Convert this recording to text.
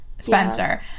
Spencer